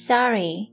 Sorry